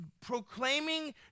proclaiming